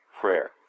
prayer